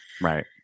right